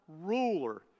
ruler